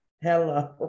hello